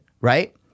right